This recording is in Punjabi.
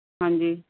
ਹਾਂਜੀ